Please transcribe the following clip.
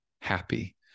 happy